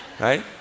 Right